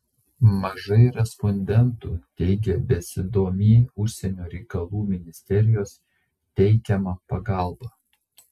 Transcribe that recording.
mažai respondentų teigė besidomį užsienio reikalų ministerijos teikiama pagalba